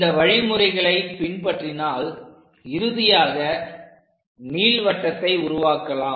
இந்த வழிமுறைகளை பின்பற்றினால் இறுதியாக நீள்வட்டத்தை உருவாக்கலாம்